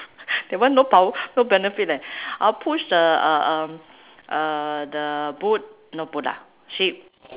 that one no pow~ no benefit leh I will push the uh um uh the boat no boat lah ship